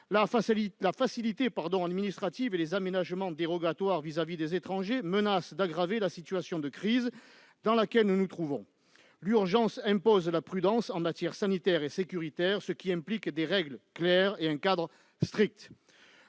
La facilité administrative et les aménagements dérogatoires vis-à-vis des étrangers menacent d'aggraver la situation de crise dans laquelle nous nous trouvons. L'urgence impose la prudence en matière sanitaire et sécuritaire, ce qui implique des règles claires et un cadre strict.